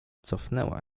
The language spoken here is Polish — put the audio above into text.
cofnęła